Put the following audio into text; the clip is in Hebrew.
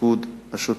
לתפקוד השוטף.